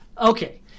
Okay